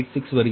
9986 வருகிறது